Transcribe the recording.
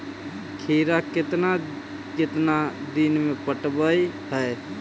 खिरा केतना केतना दिन में पटैबए है?